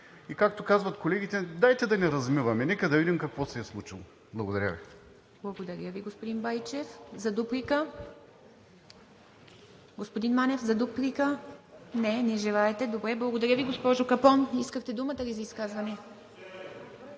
и, както казват колегите, дайте да не размиваме, нека да видим какво се е случило. Благодаря Ви. ПРЕДСЕДАТЕЛ ИВА МИТЕВА: Благодаря Ви, господин Байчев. За дуплика. Господин Манев – за дуплика? Не, не желаете. Добре. Благодаря Ви. Госпожо Капон, искахте ли думата за изказване?